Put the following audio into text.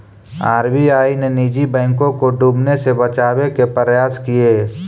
RBI ने निजी बैंकों को डूबने से बचावे के प्रयास किए